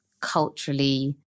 culturally